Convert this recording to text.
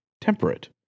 temperate